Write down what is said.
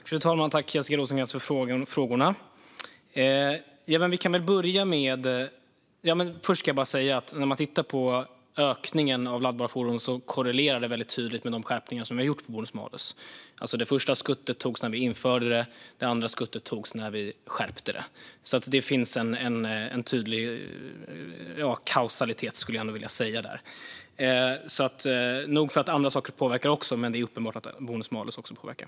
Fru talman! Tack, Jessica Rosencrantz, för frågorna! Först ska jag säga att ökningen av laddbara fordon tydligt korrelerar med de skärpningar vi har gjort av bonus-malus. Det första skuttet togs när vi införde det. Det andra skuttet togs när vi skärpte det. Det finns alltså en tydlig kausalitet där. Nog för att även andra saker påverkar, men det är uppenbart att bonus-malus också påverkar.